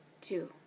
two